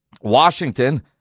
Washington